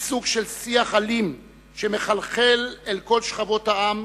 סוג של שיח אלים שמחלחל אל כל שכבות העם,